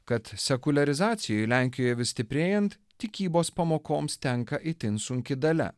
kad sekuliarizacijai lenkijoj vis stiprėjant tikybos pamokoms tenka itin sunki dalia